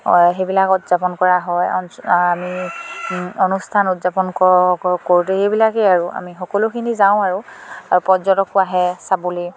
সেইবিলাক উদযাপন কৰা হয় আমি অনুষ্ঠান উদযাপন কৰোঁ কৰোঁতে সেইবিলাকেই আৰু আমি সকলোখিনি যাওঁ আৰু আৰু পৰ্যটকো আহে চাবলৈ